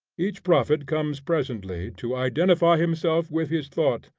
each prophet comes presently to identify himself with his thought,